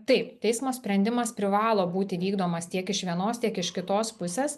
taip teismo sprendimas privalo būti vykdomas tiek iš vienos tiek iš kitos pusės